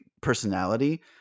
personality